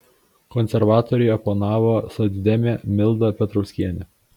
konservatoriui oponavo socdemė milda petrauskienė